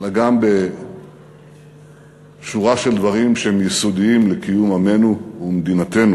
אלא גם בשורה של דברים שהם יסודיים לקיום עמנו ומדינתנו.